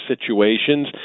situations